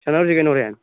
ꯁꯥꯟꯅꯧꯁꯤ ꯀꯩꯅꯣ ꯍꯣꯔꯦꯟ